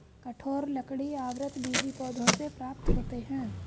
कठोर लकड़ी आवृतबीजी पौधों से प्राप्त होते हैं